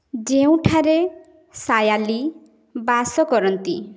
ଯେଉଁଠାରେ ସାୟାଲି ବାସ କରନ୍ତି